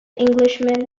englishman